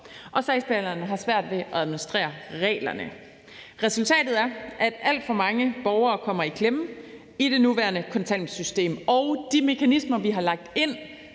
og sagsbehandlerne har svært ved at administrere reglerne. Resultatet er, at alt for mange borgere kommer i klemme i det nuværende kontanthjælpssystem, og de mekanismer, vi har lagt ind,